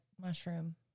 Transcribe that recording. mushroom